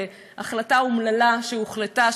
החלטה אומללה שהוחלטה,